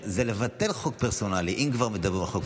הוא מונה כדין.